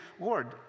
lord